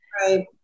Right